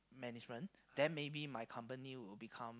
management then maybe my company will become